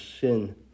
sin